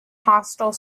hostile